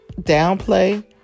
downplay